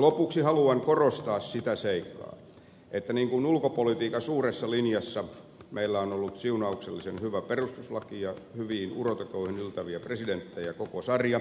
lopuksi haluan korostaa sitä seikkaa että niin kuin ulkopolitiikan suuressa linjassa meillä on ollut siunauksellisen hyvä perustuslaki ja hyviin urotekoihin yltäviä presidenttejä koko sarja